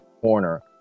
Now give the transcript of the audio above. corner